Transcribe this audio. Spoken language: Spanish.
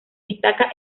destaca